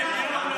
שנייה.